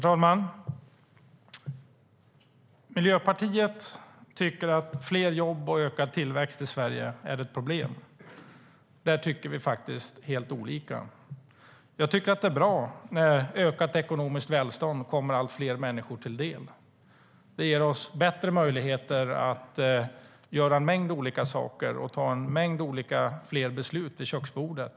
Herr talman! Miljöpartiet tycker att fler jobb och ökad tillväxt i Sverige är ett problem. Där tycker vi faktiskt helt olika. Jag tycker att det är bra när ökat ekonomiskt välstånd kommer allt fler människor till del. Det ger oss bättre möjligheter att göra en mängd olika saker och fatta en mängd fler beslut vid köksbordet.